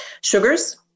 sugars